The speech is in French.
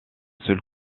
seul